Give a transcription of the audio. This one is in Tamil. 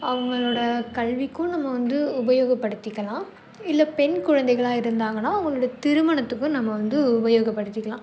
அவங்களோட கல்விக்கும் நம்ம வந்து உபயோகப்படுத்திக்கலாம் இல்லை பெண் குழந்தைகளாக இருந்தாங்கனால் அவங்களோட திருமணத்துக்கும் நம்ம வந்து உபயோகப்படுத்திக்கலாம்